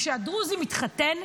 כשהדרוזי מתחתן,